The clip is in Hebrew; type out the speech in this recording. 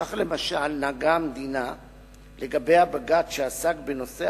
כך, למשל, נהגה המדינה לגבי הבג"ץ שעסק בנושא